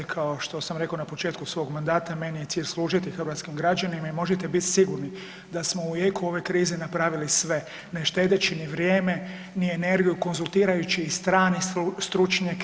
Kao što sam rekao na početku svog mandata meni je cilj služiti hrvatskim građanima i možete bit sigurni da smo u jeku ove krize napravili sve ne štedeći ni vrijeme, ni energiju konzultirajući i strane stručnjake.